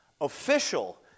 official